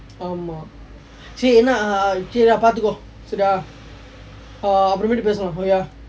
ஆமாம் சரி என்ன:aamaam ari enna ah சரி:sari lah பார்த்துக்கோ சரியா:paartthukko sariyaa ah அப்புறம் போயிட்டு பேசலாம்:appuram poyittu pesalaam